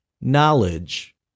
knowledge